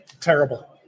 terrible